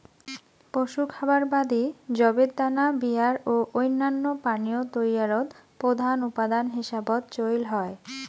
পশু খাবার বাদি যবের দানা বিয়ার ও অইন্যান্য পানীয় তৈয়ারত প্রধান উপাদান হিসাবত চইল হয়